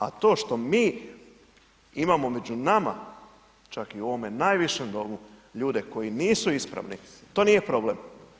A to što mi imamo među nama čak i u ovome najvišem Domu ljude koji nisu ispravni, to nije problem.